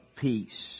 peace